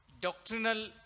doctrinal